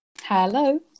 Hello